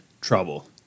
trouble